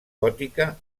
gòtica